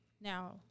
Now